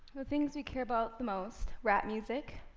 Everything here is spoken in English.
things we care about the most, rap music,